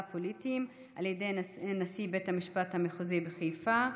פוליטיים על ידי נשיא בית המשפט המחוזי בחיפה,